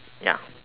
ya